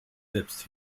selbst